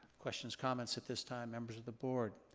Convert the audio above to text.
questions, comments at this time, members of the board?